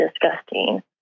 disgusting